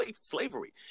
slavery